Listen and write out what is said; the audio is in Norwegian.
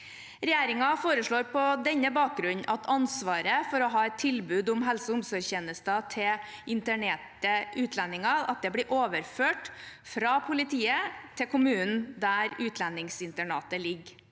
Regjeringen foreslår på denne bakgrunn at ansvaret for å ha et tilbud om helse- og omsorgstjenester til internerte utlendinger blir overført fra politiet til kommunen der utlendingsinternatet ligger.